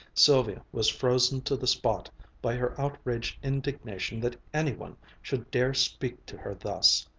sylvia was frozen to the spot by her outraged indignation that any one should dare speak to her thus.